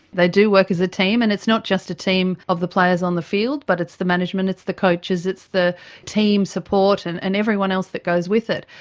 they do work as a team, and it's not just a team of the players on the field, but it's the management, it's the coaches, it's the team support and and everyone else that goes with it.